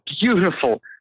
beautiful